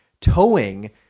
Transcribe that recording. towing